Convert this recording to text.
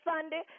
Sunday